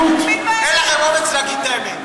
אין לכם אומץ להגיד את האמת.